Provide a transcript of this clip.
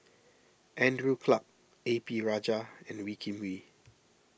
Andrew Clarke A P Rajah and Wee Kim Wee